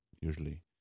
usually